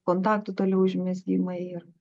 kontaktų toliau užmezgimai ir